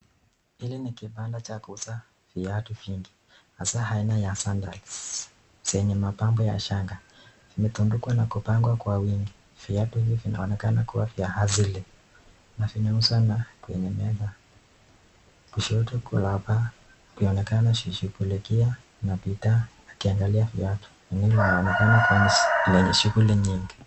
Hili ni kibanda cha kuuza viatu vingi, hasa haina ya sandak zenye mapambo ya shanga, vimetandikwa na kupangwa kwa wingi. Viatu hivi inaonekana kuwa vya asili na vinauzwa kwenye meza. Kushoto ukionekana kushugulikia na bidhaa akiangalia viatu inaonekana inashughuli nyingi.